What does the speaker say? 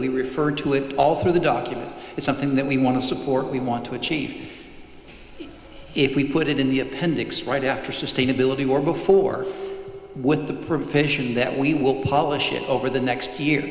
we refer to it all through the document is something that we want to support we want to achieve if we put it in the appendix right after sustainability or before with the provision that we will publish it over the next year